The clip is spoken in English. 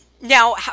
Now